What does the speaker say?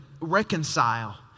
reconcile